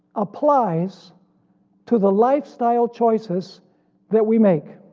applies to the lifestyle choices that we make,